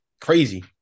crazy